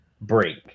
break